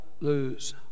lose